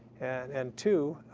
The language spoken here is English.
and two,